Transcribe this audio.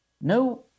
No